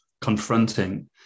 confronting